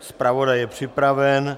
Zpravodaj je připraven.